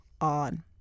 on